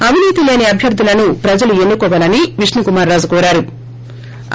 అవినీతి లేని అభ్యర్దులను ప్రజలు ఎన్ను కోవాలని విష్ణు కుమార్ రాజు కోరారు